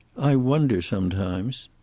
i wonder, sometimes.